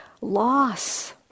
loss